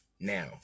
now